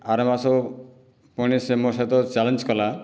ଆର ମାସ ପୁଣି ସେ ମୋ' ସହିତ ଚ୍ୟାଲେଞ୍ଜ କଲା